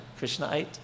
Krishnaite